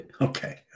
Okay